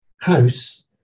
house